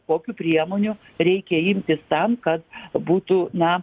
kokių priemonių reikia imtis tam kad būtų na